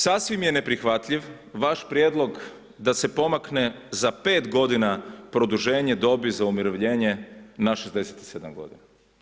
Sasvim je neprihvatljiv vaš prijedlog da se pomakne za 5 godina produženje dobi za umirovljenje na 67 godina.